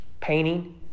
painting